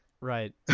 Right